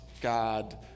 God